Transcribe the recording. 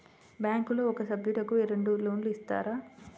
బ్యాంకులో ఒక సభ్యుడకు రెండు లోన్లు ఇస్తారా?